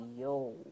yo